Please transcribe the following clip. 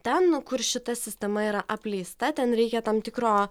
ten kur šita sistema yra apleista ten reikia tam tikro